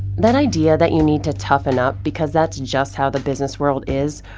that idea that you need to toughen up because that's just how the business world is,